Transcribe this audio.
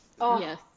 yes